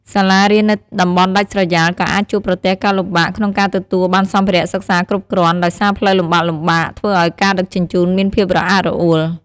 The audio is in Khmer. សាលារៀននៅតំបន់ដាច់ស្រយាលក៏អាចជួបប្រទះការលំបាកក្នុងការទទួលបានសម្ភារៈសិក្សាគ្រប់គ្រាន់ ដោយសារផ្លូវលំបាកៗធ្វើឱ្យការដឹកជញ្ជូនមានភាពរអាក់រអួល។